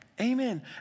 Amen